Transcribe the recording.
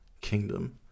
kingdom